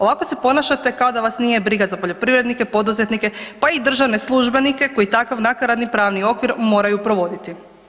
Ovako se ponašate kada vam nije briga za poljoprivrednike, poduzetnike pa i državne službenike koji takav nakaradni pravni okvir moraju provoditi.